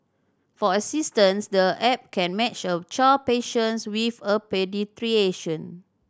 for instance the app can match a child patients with a